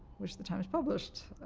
which the times published,